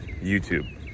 YouTube